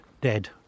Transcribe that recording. dead